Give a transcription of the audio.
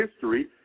history